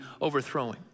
overthrowing